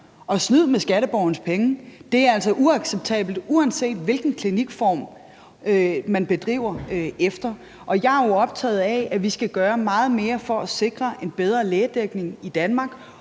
Og snyd med skatteborgernes penge er altså uacceptabelt, uanset hvilken klinikform man driver. Jeg er jo optaget af, at vi skal gøre meget mere for at sikre en bedre lægedækning i Danmark,